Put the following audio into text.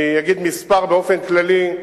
אני אגיד מספר באופן כללי.